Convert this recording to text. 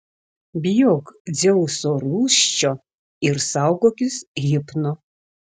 bijok dzeuso rūsčio ir saugokis hipno